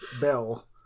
bell